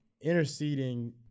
interceding